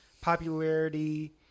popularity